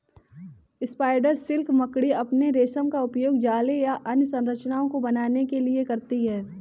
spider silk मकड़ी अपने रेशम का उपयोग जाले या अन्य संरचनाओं को बनाने के लिए करती हैं